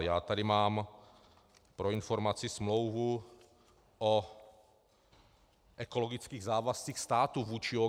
Já tady mám pro informaci smlouvu o ekologických závazcích státu vůči OKD.